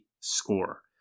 score